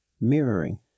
mirroring